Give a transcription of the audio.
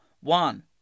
one